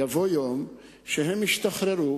יבוא יום שהם ישתחררו,